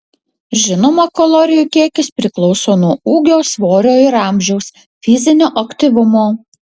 žinoma kalorijų kiekis priklauso nuo ūgio svorio ir amžiaus fizinio aktyvumo